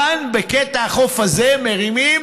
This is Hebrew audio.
כאן, בקטע החוף הזה, מרימים